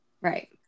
right